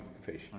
fish